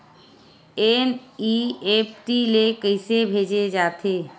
NEFT ले कइसे भेजे जाथे?